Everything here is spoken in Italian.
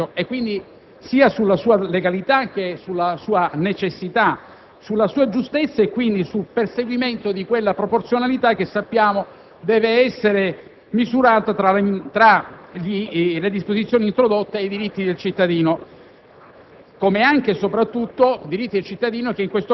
affatto convinto sui buoni fondamenti di questo decreto, sulla sua legalità, sulla sua necessità, sulla sua giustezza e quindi sul perseguimento di quella proporzionalità che sappiamo deve essere misurata tra le disposizioni introdotte e i diritti del cittadino.